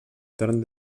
torn